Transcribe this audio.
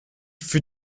fut